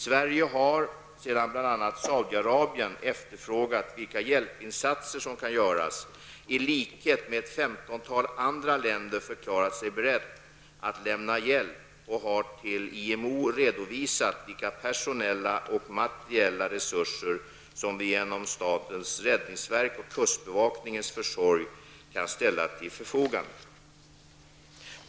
Sverige har -- sedan bl.a. Saudiarabien efterfrågat vilka hjälpinsatser som kan göras -- i likhet med ett femtontal andra länder förklarat sig berett att lämna hjälp och har till IMO redovisat vilka personella och materiella resurser som vi genom statens räddningsverks och kustbevakningens försorg kan ställa till förfogande.